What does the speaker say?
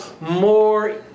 more